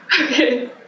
Okay